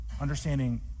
understanding